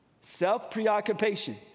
Self-preoccupation